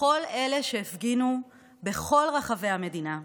לכל אלה שהפגינו בכל רחבי המדינה,